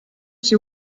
she